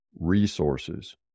resources